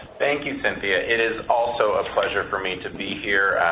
thank you, cynthia. it is also a pleasure for me to be here.